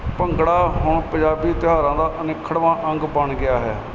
ਭੰਗੜਾ ਹੁਣ ਪੰਜਾਬੀ ਤਿਉਹਾਰਾਂ ਦਾ ਅਨਿੱਖੜਵਾਂ ਅੰਗ ਬਣ ਗਿਆ ਹੈ